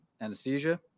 anesthesia